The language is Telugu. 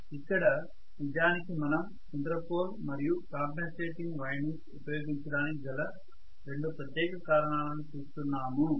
ఇక్కడ నిజానికి మనం ఇంటర్ పోల్ మరియు కాంపెన్సేటింగ్ వైండింగ్స్ ఉపయోగించడానికి గల రెండు ప్రత్యేక కారణాలను చూస్తున్నాము